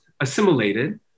assimilated